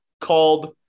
called